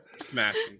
Smashing